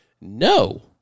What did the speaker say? no